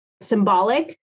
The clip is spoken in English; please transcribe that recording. symbolic